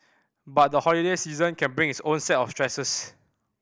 but the holiday season can bring its own set of stresses